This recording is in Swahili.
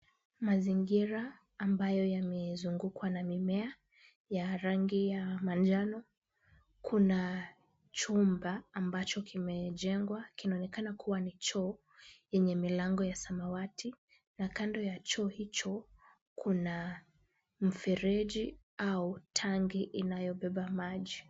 Mazingira ambayo yamezungukwa na mimea ya rangi ya manjano. Kuna chumba ambacho kimejengwa, kinaonekana kuwa ni choo yenye milango ya samawati na kando ya choo hicho kuna mfereji au tanki inayobeba maji.